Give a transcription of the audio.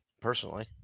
personally